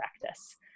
practice